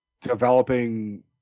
developing